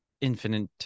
infinite